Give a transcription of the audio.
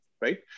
right